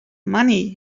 money